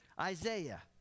Isaiah